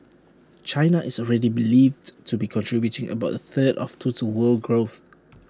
China is already believed to be contributing about A third of total world growth